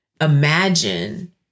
imagine